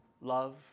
love